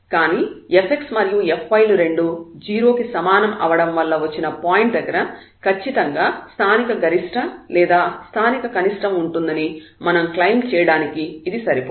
కానీ fx మరియు fy లు రెండూ 0 కి సమానం అవ్వడం వల్ల వచ్చిన పాయింట్ దగ్గర ఖచ్చితంగా స్థానిక గరిష్ట లేదా స్థానిక కనిష్టం ఉంటుందని మనం క్లెయిమ్ చేయడానికి ఇది సరిపోదు